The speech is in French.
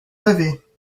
avait